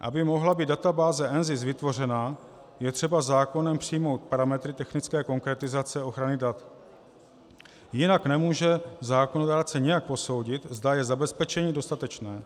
Aby mohla být databáze NZIS vytvořena, je třeba zákonem přijmout parametry technické konkretizace ochrany dat, jinak nemůže zákonodárce nijak posoudit, zda je zabezpečení dostatečné.